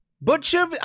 butcher